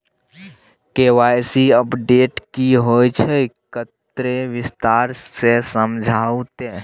KYC update की होय छै किन्ने विस्तार से समझाऊ ते?